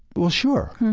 well, sure.